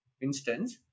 instance